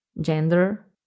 gender